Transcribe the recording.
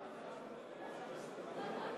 בסוף